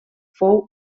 fou